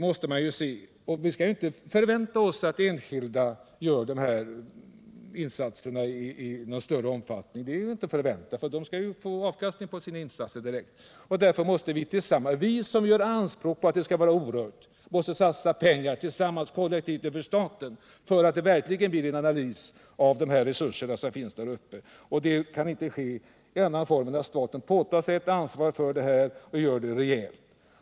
Vi skall alltså inte förvänta oss att enskilda gör sådana insatser i någon större omfattning —- de vill ha avkastning av sina insatser. Därför måste vi, som kräver att området skall vara orört, tillsammans, kollektivt över staten, satsa pengar på att det görs en analys av de resurser som finns där uppe. Det kan inte ske i annan form än genom att staten påtar sig ett ansvar för det och gör det rejält.